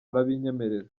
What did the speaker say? arabinyemerera